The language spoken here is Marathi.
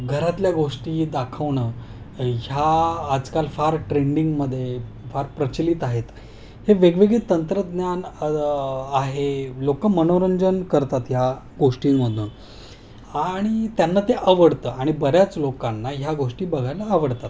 घरातल्या गोष्टी दाखवणं ह्या आजकाल फार ट्रेंडिंगमध्ये फार प्रचलित आहेत हे वेगवेगळे तंत्रज्ञान आहे लोकं मनोरंजन करतात ह्या गोष्टींमधून आणि त्यांना ते आवडतं आणि बऱ्याच लोकांना ह्या गोष्टी बघायला आवडतात